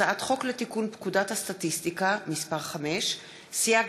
הצעת חוק לתיקון פקודת הסטטיסטיקה (מס' 5) (סייג